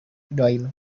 doyle